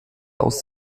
aus